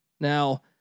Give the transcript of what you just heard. Now